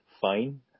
Fine